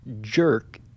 jerk